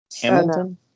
Hamilton